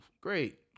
Great